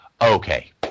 okay